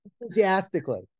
Enthusiastically